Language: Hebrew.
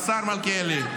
השר מלכיאלי.